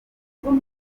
bitanu